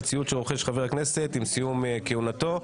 ציוד שרוכש חבר הכנסת עם סיום כהונתו.